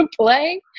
play